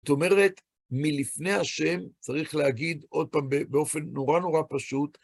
זאת אומרת, מלפני ה' צריך להגיד עוד פעם באופן נורא נורא פשוט,